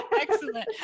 Excellent